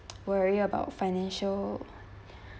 worry about financial